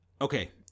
Okay